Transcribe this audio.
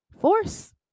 force